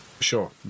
Sure